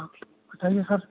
बताइए सर